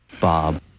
Bob